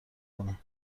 کنه